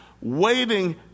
Waiting